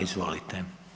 Izvolite.